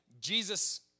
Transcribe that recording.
Jesus